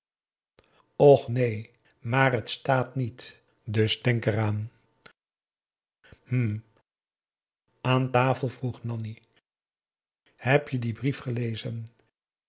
och neen maar het staat niet dus denk er aan hm aan tafel vroeg nanni heb je dien brief gelezen